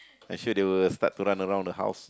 I say they will start to run around the house